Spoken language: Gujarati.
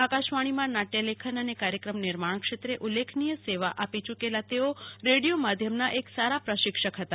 આકાશવાણીમાં નાટ્ય લેખન અને કાર્યક્રમનિર્માણ ક્ષેત્રે ઉલ્લેખનીય સેવા આપી યૂકેલા શ્રી પઠાણ રેડિયો માધ્યમના એક સારા ટ્રેનર હતા